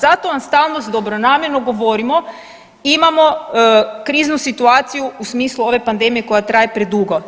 Zato vam stalno dobronamjerno govorimo imamo kriznu situaciju u smislu ove pandemije koja traje predugo.